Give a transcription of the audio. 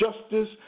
justice